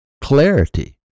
clarity